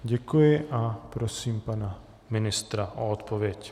Děkuji a prosím pana ministra o odpověď.